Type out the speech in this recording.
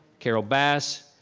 carol bass,